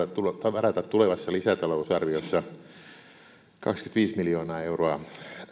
varata tulevassa lisätalousarviossa kaksikymmentäviisi miljoonaa euroa